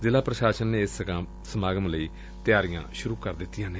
ਜ਼ਿਲਾ ਪ੍ਰਸ਼ਾਸਨ ਨੇ ਇਸ ਸਮਾਗਮ ਲਈ ਤਿਆਰੀਆਂ ਸੁਰੁ ਕਰ ਦਿੱਤੀਆਂ ਨੇ